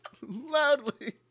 loudly